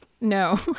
No